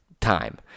time